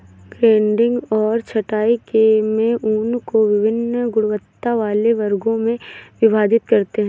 grading और छँटाई में ऊन को वभिन्न गुणवत्ता वाले वर्गों में विभाजित करते हैं